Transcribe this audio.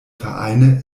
vereine